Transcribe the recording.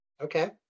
Okay